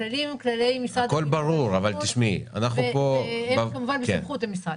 הכללים הם כללי משרד השיכון והם כמובן בסמכות המשרד.